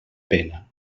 pena